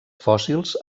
fòssils